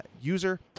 user